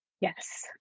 Yes